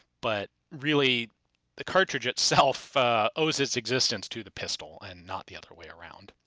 but really the cartridge itself owes its existence to the pistol, and not the other way around.